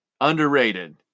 Underrated